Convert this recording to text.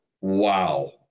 wow